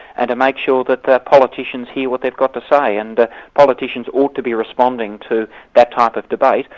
ah to make sure that the politicians here, what they've got to say, and politicians ought to be responding to that type of debate,